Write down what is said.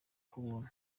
k’ubuntu